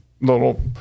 little